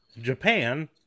Japan